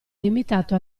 limitato